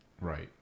Right